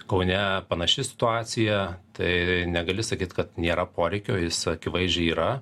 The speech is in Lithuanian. kaune panaši situacija tai negali sakyt kad nėra poreikio jis akivaizdžiai yra